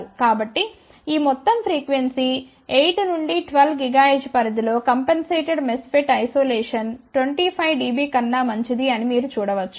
కాబట్టి ఈ మొత్తం ఫ్రీక్వెన్సీ 8 నుండి 12 GHz పరిధిలో కంపెన్సేటెడ్ MESFET ఐసోలేషన్ 25 dB కన్నా మంచిది అని మీరు చూడ వచ్చు